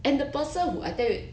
and the person who I tell you